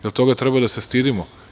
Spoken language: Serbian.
Da li toga treba da se stidimo?